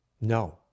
No